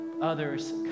others